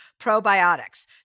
probiotics